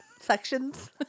sections